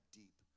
deep